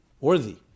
Worthy